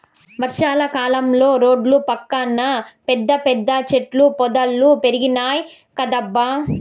వర్షా కాలంలో రోడ్ల పక్కన పెద్ద పెద్ద చెట్ల పొదలు పెరిగినాయ్ కదబ్బా